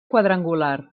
quadrangular